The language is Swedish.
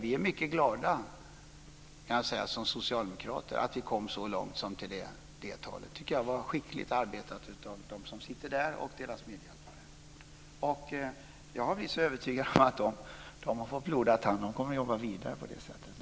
Vi är som socialdemokrater mycket glada, kan jag säga, att vi kom så långt som till det talet. Det tycker jag var skickligt arbetat av dem som deltar i förhandlingarna och deras medhjälpare. Jag har blivit övertygad om att de har fått blodad tand. De kommer att jobba vidare på det sättet.